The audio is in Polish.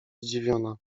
zdziwiona